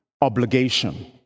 obligation